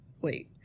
Wait